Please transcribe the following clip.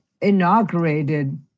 inaugurated